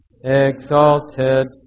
exalted